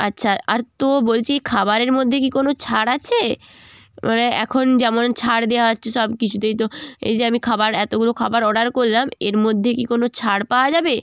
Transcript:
আচ্ছা আর তো বলছি খাবারের মধ্যে কি কোনো ছাড় আছে মানে এখন যেমন ছাড় দেয়া হচ্ছে সব কিছুতেই তো এই যে আমি খাবার এতোগুলো খাবার অর্ডার করলাম এর মধ্যে কি কোনো ছাড় পাওয়া যাবে